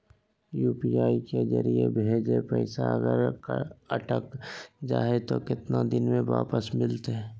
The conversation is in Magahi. यू.पी.आई के जरिए भजेल पैसा अगर अटक जा है तो कितना दिन में वापस मिलते?